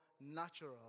natural